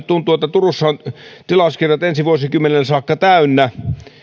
tuntuu että turussa on tilauskirjat ensi vuosikymmenelle saakka täynnä